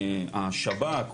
השב"ק,